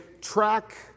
track